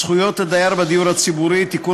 זכויות הדייר בדיור הציבורי (תיקון,